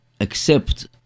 accept